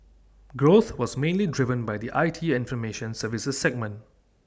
growth was mainly driven by the I T and formation services segment